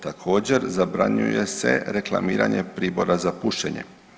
Također zabranjuje se reklamiranje pribora za pušenje.